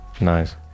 nice